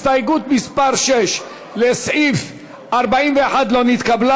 הסתייגות מס' 6, לסעיף 41, לא נתקבלה.